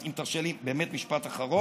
אם תרשה לי, באמת משפט אחרון.